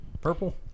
Purple